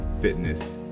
fitness